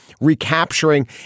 recapturing